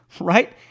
Right